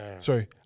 sorry